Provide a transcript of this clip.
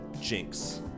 Jinx